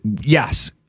Yes